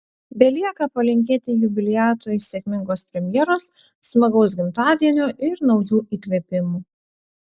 belieka palinkėti jubiliatui sėkmingos premjeros smagaus gimtadienio ir naujų įkvėpimų